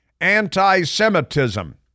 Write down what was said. Anti-Semitism